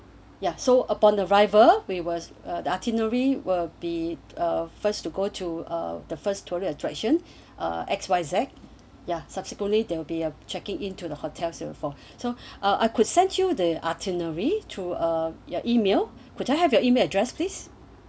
ya so upon arrival we was the itinerary will be a first to go to uh the first story attraction or X Y Z ya subsequently there will be a checking into the hotel for so I could sned you the itinerary to uh your email could I have your email address please